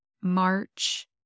March